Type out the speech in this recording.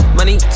Money